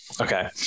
Okay